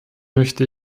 möchte